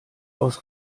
aus